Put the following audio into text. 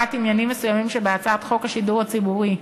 עניינים מסוימים שבהצעת חוק השידור הציבורי,